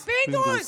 פינדרוס.